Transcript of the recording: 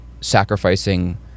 sacrificing